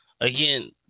Again